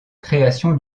création